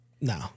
No